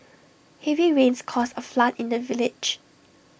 heavy rains caused A flood in the village